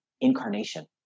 incarnation